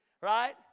Right